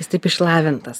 jis taip išlavintas